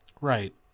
Right